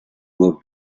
nur